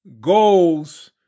goals